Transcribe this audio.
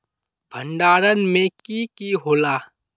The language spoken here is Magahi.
भण्डारण में की की होला?